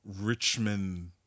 Richmond